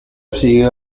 siguió